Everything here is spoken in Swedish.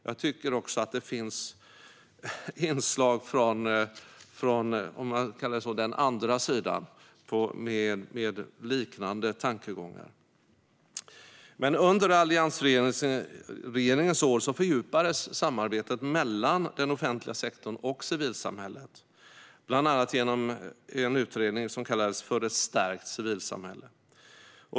Jag tycker också att det finns inslag från den andra sidan, om man kallar det så, med liknande tankegångar. Under alliansregeringens år fördjupades samarbetet mellan den offentliga sektorn och civilsamhället, bland annat genom en utredning för ett stärkt civilsamhälle.